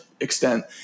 extent